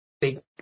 big